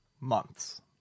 months